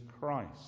Christ